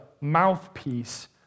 mouthpiece